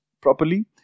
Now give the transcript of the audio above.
properly